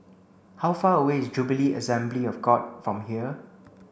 how far away is Jubilee Assembly of God from here